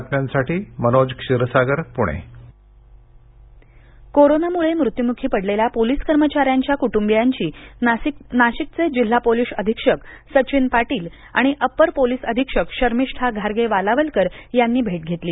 police कोरोनामुळे मृत्यूमुखी पडलेल्या पोलीस कर्मचाऱ्यांच्या कुटुंबियांची नाशिकचे जिल्हा पोलीस अधीक्षक सचिन पाटील आणि अपर पोलीस अधीक्षक शर्मिष्ठा घारगे वालावलकर यांनी भेट घेतली